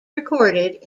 recorded